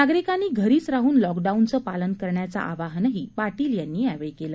नागरिकांनी घरीच राहून लॉकडाऊनचं पालन करण्याचं आवाहनही पाटील यांनी यावेळी केलं